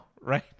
Right